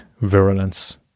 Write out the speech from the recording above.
virulence